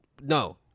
No